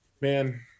man